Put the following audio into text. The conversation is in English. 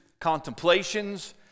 contemplations